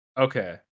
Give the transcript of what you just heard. Okay